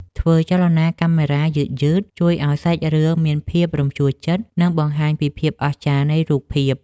ធ្វើចលនាកាមេរ៉ាយឺតៗជួយឱ្យសាច់រឿងមានភាពរំជួលចិត្ត និង បង្ហាញពីភាពអស្ចារ្យនៃរូបភាព។